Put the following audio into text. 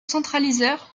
centralisateur